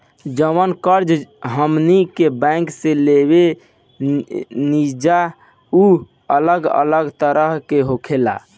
जवन कर्ज हमनी के बैंक से लेवे निजा उ अलग अलग तरह के होखेला